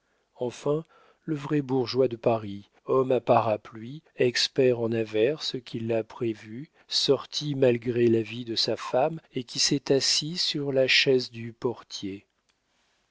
enfin le vrai bourgeois de paris homme à parapluie expert en averse qui l'a prévue sorti malgré l'avis de sa femme et qui s'est assis sur la chaise du portier